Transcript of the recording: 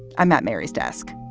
i'm at mary's desk.